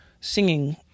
singing